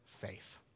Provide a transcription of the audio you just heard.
faith